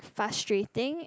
frustrating